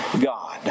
God